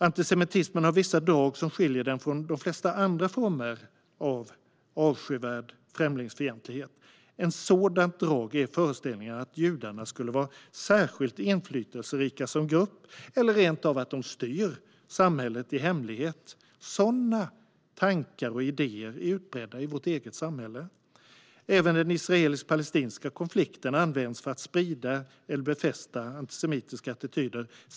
Antisemitismen har vissa drag som skiljer den från de flesta andra former av avskyvärd främlingsfientlighet. Ett sådant drag är föreställningen att judarna skulle vara särskilt inflytelserika som grupp eller att de rent av styr samhället i hemlighet. Sådana tankar och idéer är utbredda i vårt eget samhälle. Även den israelisk-palestinska konflikten används för att sprida eller befästa antisemitiska attityder.